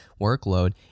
workload